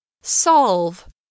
Solve